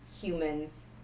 humans